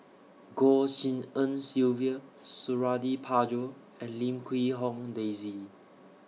Goh Tshin En Sylvia Suradi Parjo and Lim Quee Hong Daisy